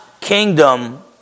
kingdom